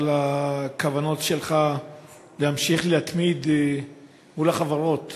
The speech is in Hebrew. על הכוונות שלך להמשיך להתמיד מול החברות